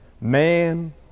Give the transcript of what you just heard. Man